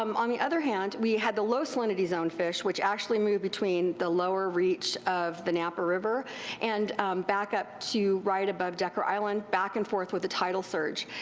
um on the other hand, we had the low salinity zone fish, which actually moved between the lower reach of the napa river and back up to right above decker island, back and forth with the tidal surge.